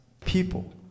people